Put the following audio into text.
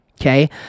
okay